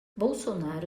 bolsonaro